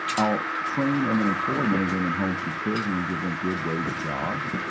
i'll train and then employ men and women home from prison and give them good-wage jobs.